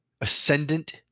ascendant